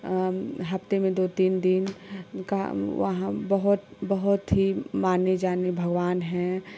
अब हफ्ते में दो तीन दिन का वहाँ बहुत बहुत ही माने जाने भगवान हैं